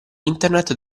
internet